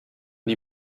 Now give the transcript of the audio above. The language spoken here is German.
die